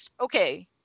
okay